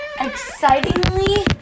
excitingly